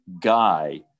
guy